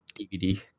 DVD